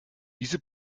diese